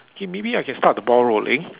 okay maybe I can start the ball rolling